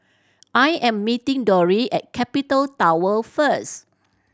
I am meeting Dori at Capital Tower first